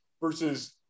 versus